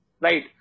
right